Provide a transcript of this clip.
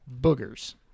boogers